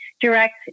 direct